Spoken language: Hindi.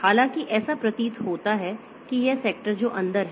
हालांकि ऐसा प्रतीत होता है कि ये सेक्टर जो अंदर हैं